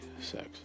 sex